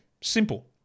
Simple